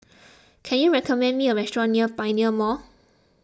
can you recommend me a restaurant near Pioneer Mall